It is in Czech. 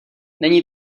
není